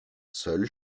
seule